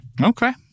okay